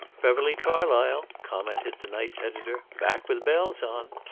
beverly carlysle, commented the night editor. back with bells on!